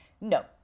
No